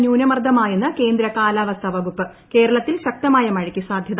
ന്യൂനമർദ്ദമായെന്ന് കേന്ദ്ര കാലാപ്പിസ്ഥ വകുപ്പ് കേരളത്തിൽ ശക്തമായ മഴയ്ക്ക് സാധ്യത